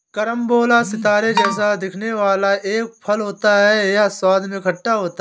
carambola सितारे जैसा दिखने वाला एक फल होता है यह स्वाद में खट्टा होता है